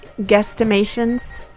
guesstimations